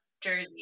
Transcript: Jersey